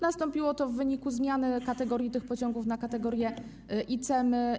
Nastąpiło to w wyniku zmiany kategorii tych pociągów na kategorię IC.